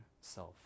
self